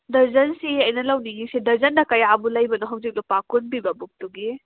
ꯗꯔꯖꯟꯁꯤ ꯑꯩꯅ ꯂꯧꯅꯤꯡꯉꯤꯁꯤ ꯗꯔꯖꯟꯗ ꯀꯌꯥꯕꯨ ꯂꯩꯕꯅꯣ ꯍꯧꯖꯤꯛ ꯂꯨꯄꯥ ꯀꯨꯟ ꯄꯤꯕ ꯕꯨꯛꯇꯨꯒꯤ